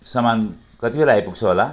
सामान कति बेला आइपुग्छ होला